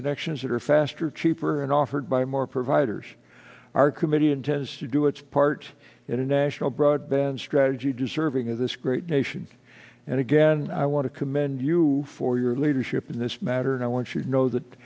connections that are faster cheaper and offered by more providers our committee intends to do its part in a national broadband strategy deserving of this great nation and again i want to commend you for your leadership in this matter and i want you know that